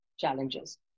challenges